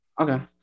Okay